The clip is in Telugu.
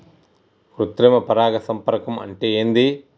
కృత్రిమ పరాగ సంపర్కం అంటే ఏంది?